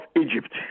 Egypt